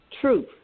truth